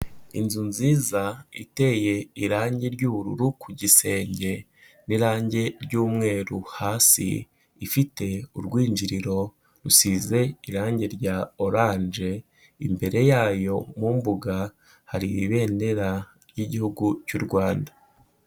Inzu nziza iteye irangi ry'ubururu ku gisenge n'irangi ry'umweru hasi, ifite urwinjiriro rusize irangi rya oranje, imbere yayo mu mbuga hari Ibendera ry'Igihugu cy'u Rwanda.